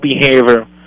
behavior